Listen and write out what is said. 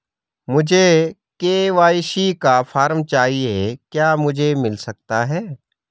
मुझे के.वाई.सी का फॉर्म चाहिए क्या मुझे मिल सकता है?